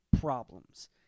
problems